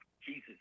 Jesus